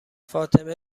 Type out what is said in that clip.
فاطمه